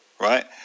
right